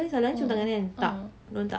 a'ah a'ah